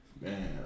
Man